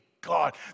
God